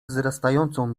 wzrastającą